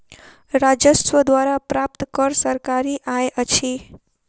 राजस्व द्वारा प्राप्त कर सरकारी आय अछि